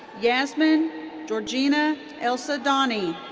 yasmine georgina elsaadany.